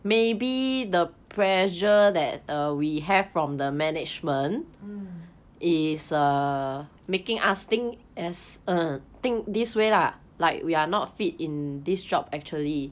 mm